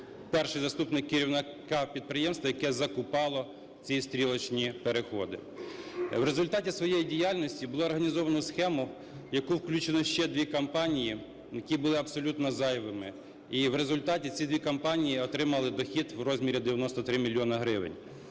перший заступник керівника підприємства, яке закупало ці стрілочні переходи. В результаті своєї діяльності було організовано схему, в яку включено ще 2 компанії, які були абсолютно зайвими. І в результаті ці 2 компанії отримали дохід в розмірі 93 мільйона